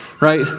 right